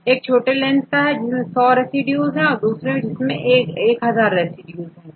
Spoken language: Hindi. इसमें से एक छोटा लेंथ का जैसे100 रेसिड्यूज का और दूसरा बड़ी लेंथ जैसे1000 रेसिड्यूज का है